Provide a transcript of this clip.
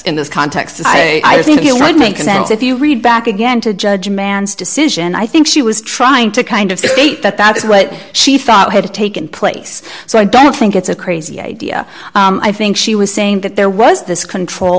in this context i think it would make sense if you read back again to judge a man's decision i think she was trying to kind of state that that is what she thought had taken place so i don't think it's a crazy idea i think she was saying that there was this control